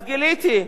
אז גיליתי.